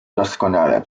doskonale